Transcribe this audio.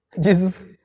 Jesus